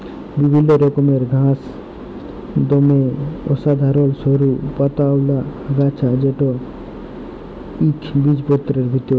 বিভিল্ল্য রকমের ঘাঁস দমে সাধারল সরু পাতাআওলা আগাছা যেট ইকবিজপত্রের ভিতরে